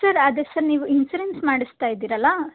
sir ಅದೇ sir ನೀವು insurance ಮಾಡಿಸ್ತಾ ಇದ್ದೀರಲ್ಲ